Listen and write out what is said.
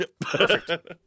Perfect